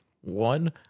one